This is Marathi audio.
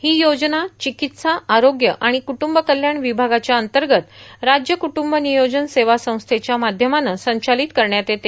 ही योजना चिकित्सा आरोग्य आणि कुटूंब कल्याण विभागाच्या अंतर्गत राज्य कुटूंब नियोजन सेवा संस्थेच्या माध्यमानं संचालित करण्यात येते